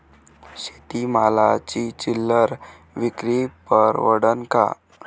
शेती मालाची चिल्लर विक्री परवडन का?